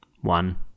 one